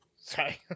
sorry